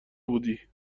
بودی